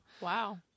Wow